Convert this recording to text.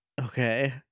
Okay